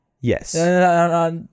Yes